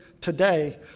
today